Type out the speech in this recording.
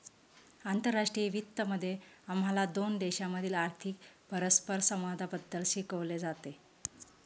आंतरराष्ट्रीय वित्त मध्ये आम्हाला दोन देशांमधील आर्थिक परस्परसंवादाबद्दल शिकवले जाते